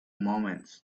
moments